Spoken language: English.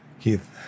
keith